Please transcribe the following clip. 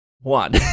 One